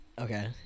Okay